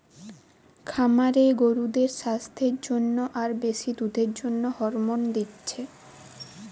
খামারে গরুদের সাস্থের জন্যে আর বেশি দুধের জন্যে হরমোন দিচ্ছে